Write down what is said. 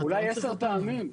-- אולי עשר פעמים.